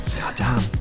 Goddamn